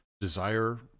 desire